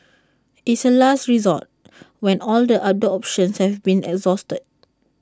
it's A last resort when all other options have been exhausted